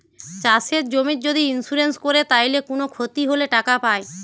চাষের জমির যদি ইন্সুরেন্স কোরে তাইলে কুনো ক্ষতি হলে টাকা পায়